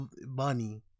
money